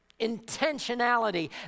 Intentionality